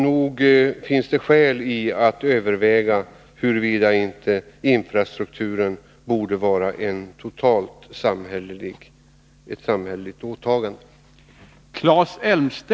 Nog finns det skäl att överväga huruvida inte infrastrukturen borde vara ett totalt samhälleligt åtagande.